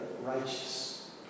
righteous